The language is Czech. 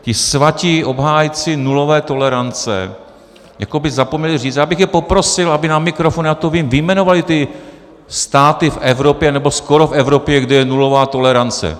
Ti svatí obhájci nulové tolerance jako by zapomněli říci já bych je poprosil, aby na mikrofon, já to vím, vyjmenovali ty státy v Evropě, nebo skoro v Evropě, kde je nulová tolerance.